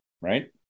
Right